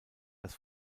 das